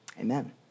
Amen